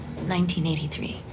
1983